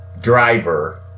driver